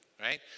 right